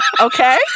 Okay